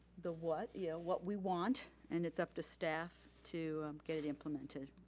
the what. yeah what we want and it's up to staff to get it implemented.